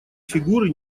фигуры